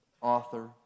author